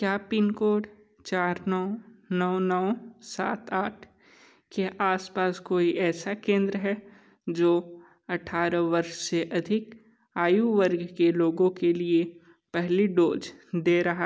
क्या pin code चार नौ नौ नौ सात आठ के आसपास कोई ऐसा केंद्र है जो अठारह वर्ष से अधिक आयु वर्ग के लोगों के लिए पहली डोज़ दे रहा है